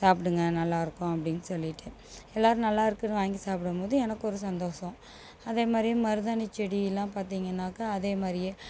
சாப்பிடுங்க நல்லாருக்கும் அப்படினு சொல்லிவிட்டு எல்லாரும் நல்லாருக்குன்னு வாங்கி சாப்பிடும்போது எனக்கு ஒரு சந்தோசம் அதேமாதிரி மருதாணி செடி எல்லாம் பார்த்திங்கன்னாக்கா அதேமாதிரியே